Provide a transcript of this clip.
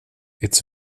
its